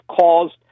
caused